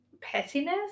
pettiness